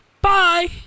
Bye